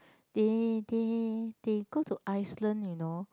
they they they go to Iceland you know